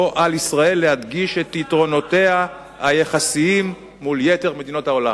שבו על ישראל להדגיש את יתרונותיה היחסיים מול יתר מדינות העולם.